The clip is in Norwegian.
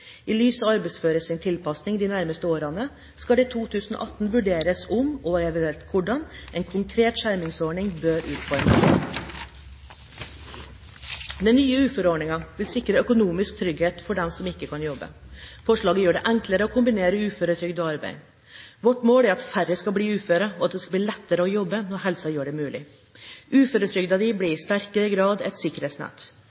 I lys av arbeidsføres tilpasning de nærmeste årene skal det i 2018 vurderes om – og eventuelt hvordan – en konkret skjermingsordning bør utformes. Den nye uføreordningen vil sikre økonomisk trygghet for dem som ikke kan jobbe. Forslaget gjør det enklere å kombinere uføretrygd og arbeid. Vårt mål er at færre skal bli uføre, og at det skal bli lettere å jobbe når helsen gjør det mulig. Uføretrygden blir